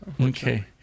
Okay